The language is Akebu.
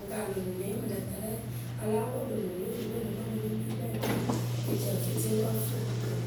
ŋ kaa lö nuŋ ŋ ne yee mɨ lǝ̈ tɨrɛ. Aláa pɔ lö nun le enyipwe ŋǝ mɨ pɨ nɨ kpii kpɛŋ kɨ e ci ǝ fɨ dierǝ we ǝ fɨ o ru koru.